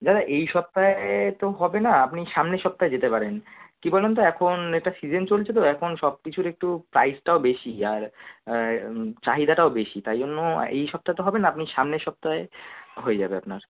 দাদা এই সপ্তাহে তো হবে না আপনি সামনের সপ্তাহে যেতে পারেন কি বলুন তো এখন একটা সিজেন চলছে তো এখন সব কিছুর একটু প্রাইসটাও বেশি আর চাহিদাটাও বেশি তাই জন্য এই সপ্তাহে তো হবে না আপনি সামনের সপ্তাহে হয়ে যাবে আপনার